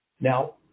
Now